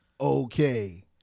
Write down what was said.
Okay